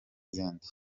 izindi